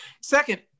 Second